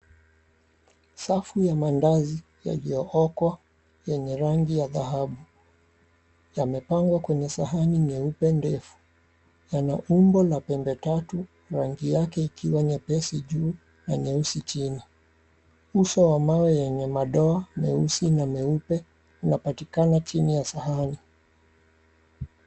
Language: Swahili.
Safu ya mandazi yaliyookwa yenye rangi ya dhahabu yamepangwa kwenye sahani nyeupe ndefu. Yana umbo la pembe tatu, rangi yake ikiwa nyepesi juu na nyeusi chini. Uso wa mawe yenye madoa meusi na meupe yanapatikana chini ya sahani.